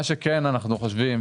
מה שכן אנחנו חושבים